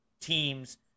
teams